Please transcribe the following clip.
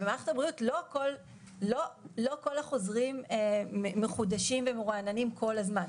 במערכת הבריאות לא כל החוזרים מחודשים ומרועננים כל הזמן.